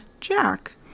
Jack